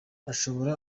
ashobora